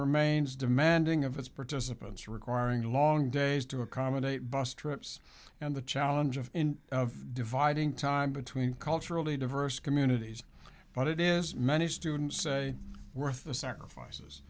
remains demanding of its participants requiring long days to accommodate bus trips and the challenge of dividing time between culturally diverse communities but it is many students say worth the sacrifices